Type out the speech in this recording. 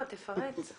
תפרט.